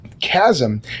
chasm